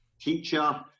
teacher